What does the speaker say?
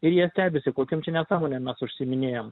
ir jie stebisi kokiom čia nesąmonėm mes užsiiminėjam